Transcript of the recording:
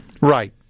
Right